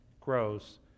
grows